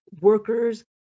workers